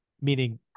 meaning